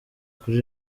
kuri